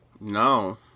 No